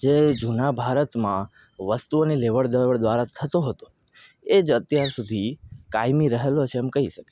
જે જૂના ભારતમાં વસ્તુઓની લેવડદેવડ દ્વારા થતો હતો એ જ અત્યાર સુધી કાયમી રહેલો છે એમ કહી શકે